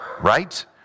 right